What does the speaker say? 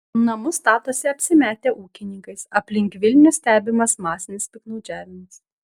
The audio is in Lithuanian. namus statosi apsimetę ūkininkais aplink vilnių stebimas masinis piktnaudžiavimas